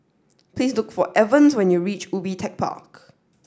please look for Evans when you reach Ubi Tech Park